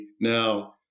now